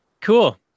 cool